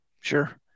Sure